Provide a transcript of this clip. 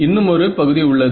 இன்னுமொரு பகுதி உள்ளது